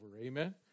amen